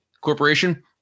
corporation